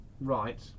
Right